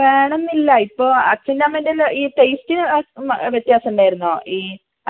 വേണമെന്നില്ല ഇപ്പോൾ അച്ഛന്റെയും അമ്മേന്റെയും ഈ ടേസ്റ്റിന് വ്യത്യാസം ഉണ്ടായിരുന്നോ ഈ